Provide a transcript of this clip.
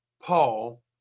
Paul